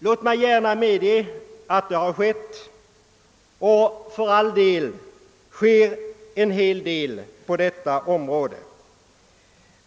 Låt mig emellertid rhedge att det ändå har skett och sker en del på detta område.